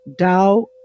DAO